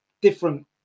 different